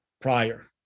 prior